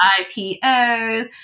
IPOs